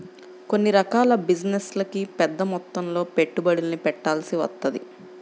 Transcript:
కొన్ని రకాల బిజినెస్లకి పెద్దమొత్తంలో పెట్టుబడుల్ని పెట్టాల్సి వత్తది